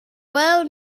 well